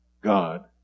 God